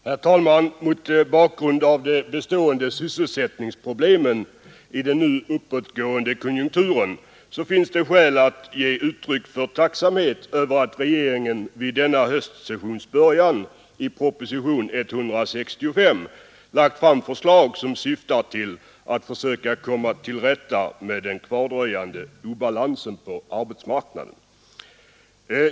Herr talman! Mot bakgrund av de bestående sysselsättningsproblemen i den nu uppåtgående konjunkturen finns det skäl att ge uttryck för tacksamhet över att regeringen vid denna höstsessions början i proposition nr 165 lagt fram förslag som syftar till att försöka komma till rätta med den kvardröjande obalansen på arbetsmarknaden.